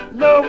no